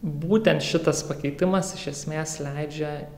būtent šitas pakeitimas iš esmės leidžia